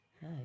Hi